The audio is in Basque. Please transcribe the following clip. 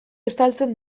estaltzen